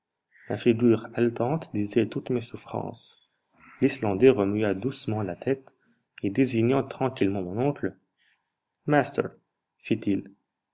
ma figure haletante disait toutes mes souffrances l'islandais remua doucement la tête et désignant tranquillement mon oncle master fit-il